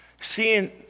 Seeing